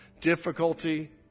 difficulty